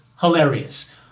hilarious